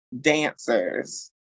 dancers